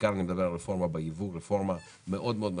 כמו הרפורמה בייבוא, רפורמה מאוד מאוד משמעותית.